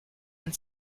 and